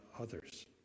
others